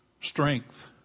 strength